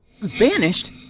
Vanished